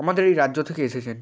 আমাদের এই রাজ্য থেকে এসেছেন